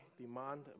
demand